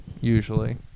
usually